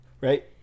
right